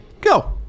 go